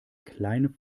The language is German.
kleine